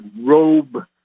robe